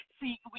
See